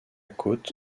côte